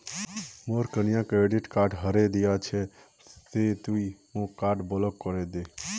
मोर कन्या credit card हरें दिया छे से तुई मोर कार्ड ब्लॉक करे दे